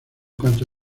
cuanto